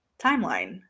timeline